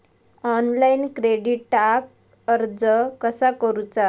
Online क्रेडिटाक अर्ज कसा करुचा?